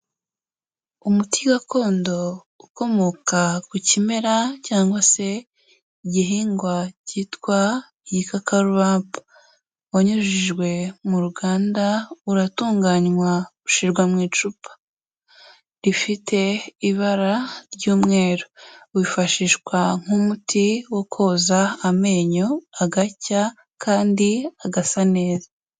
Umuti gakondo ukomoka ku kimera cyangwa se igihingwa cyitwa igikakarubamba, wanyujijwe mu ruganda uratunganywa ushyirwa mu icupa, rifite ibara ry'umweru, wifashishwa nk'umuti wo koza amenyo agacya kandi agasa neza.